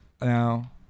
Now